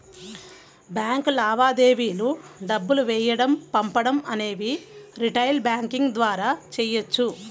bank లావాదేవీలు డబ్బులు వేయడం పంపడం అనేవి రిటైల్ బ్యాంకింగ్ ద్వారా చెయ్యొచ్చు